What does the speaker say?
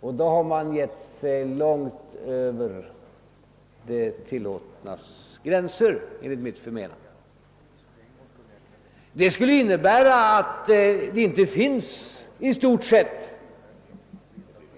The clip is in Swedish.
Men när man säger det, har man kommit långt utöver det tillåtnas gränser. Det skulle nämligen innebära att det i stort sett inte finns